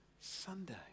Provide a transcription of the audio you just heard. Sunday